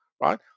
right